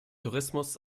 tourismus